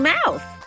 Mouth